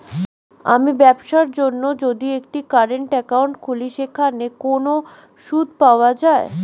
আমি ব্যবসার জন্য যদি একটি কারেন্ট একাউন্ট খুলি সেখানে কোনো সুদ পাওয়া যায়?